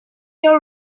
your